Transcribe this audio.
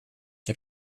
heb